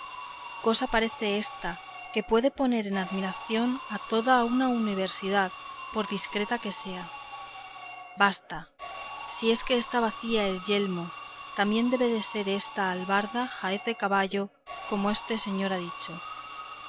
cosa parece ésta que puede poner en admiración a toda una universidad por discreta que sea basta si es que esta bacía es yelmo también debe de ser esta albarda jaez de caballo como este señor ha dicho